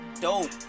dope